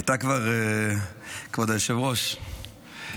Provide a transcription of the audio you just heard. כבוד היושב-ראש,